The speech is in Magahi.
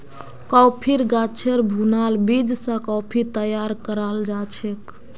कॉफ़ीर गाछेर भुनाल बीज स कॉफ़ी तैयार कराल जाछेक